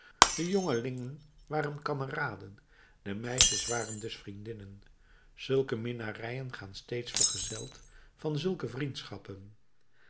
de jongelingen waren kameraden de meisjes waren dus vriendinnen zulke minnarijen gaan steeds vergezeld van zulke vriendschappen